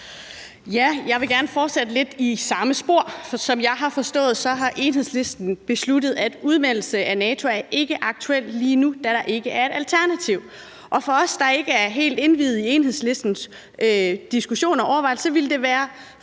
: Jeg vil gerne fortsætte lidt i samme spor, for som jeg har forstået det, har Enhedslisten besluttet, at udmeldelse af NATO ikke er aktuelt lige nu, da der ikke er et alternativ. For os, der ikke er helt indviede i Enhedslistens diskussioner og overvejelser, ville det være